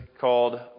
called